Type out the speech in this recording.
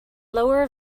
lower